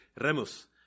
Remus